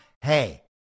Hey